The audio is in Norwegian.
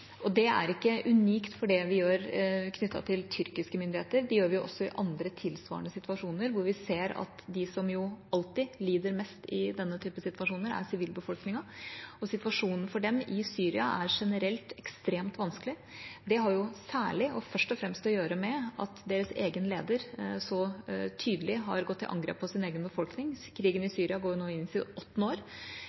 Det er ikke unikt for det vi gjør knyttet til tyrkiske myndigheter. Det gjør vi også i andre, tilsvarende situasjoner, hvor vi ser at de som alltid lider mest, er sivilbefolkningen. Situasjonen for dem i Syria er generelt ekstremt vanskelig. Det har særlig og først og fremst å gjøre med at deres egen leder så tydelig har gått til angrep på sin egen befolkning. Krigen i Syria går nå inn i sitt åttende år.